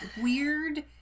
weird